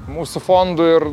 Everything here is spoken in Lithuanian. mūsų fondų ir